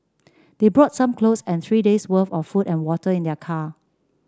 they brought some clothes and three days' worth of food and water in their car